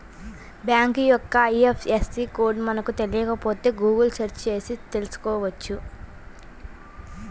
bank యొక్క IFSC code మనకు తెలియకపోతే గుగుల్ సెర్చ్ చేసి తెల్సుకోవచ్చు